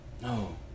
No